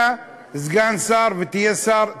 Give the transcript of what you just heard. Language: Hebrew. אתה סגן שר ותהיה שר טוב,